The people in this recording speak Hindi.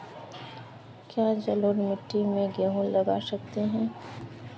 क्या जलोढ़ मिट्टी में गेहूँ लगा सकते हैं?